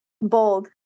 bold